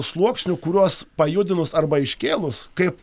sluoksnių kuriuos pajudinus arba iškėlus kaip